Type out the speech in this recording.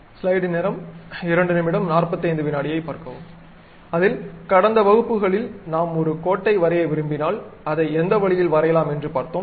ஐப் பார்க்கவும் அதில் கடந்த வகுப்புகளில் நாம் ஒரு கோட்டை வரைய விரும்பினால் அதை எந்த வழியில் வரையலாம் என்று பார்த்தோம்